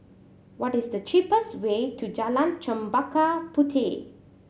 what is the cheapest way to Jalan Chempaka Puteh